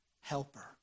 helper